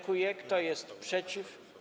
Kto jest przeciw?